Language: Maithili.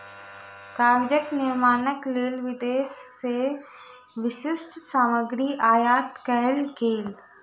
कागजक निर्माणक लेल विदेश से विशिष्ठ सामग्री आयात कएल गेल